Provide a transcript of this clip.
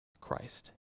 Christ